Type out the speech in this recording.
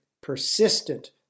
persistent